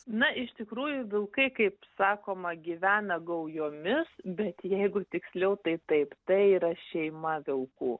na iš tikrųjų vilkai kaip sakoma gyvena gaujomis bet jeigu tiksliau tai taip tai yra šeima vilkų